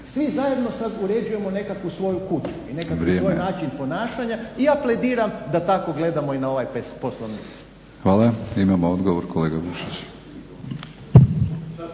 svi zajedno sad uređujemo nekakvu svoju kuću i nekakvi svoj način ponašanja i ja plediram da tako gledamo i na ovaj Poslovnik. **Batinić, Milorad (HNS)** Hvala.